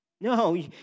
No